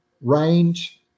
range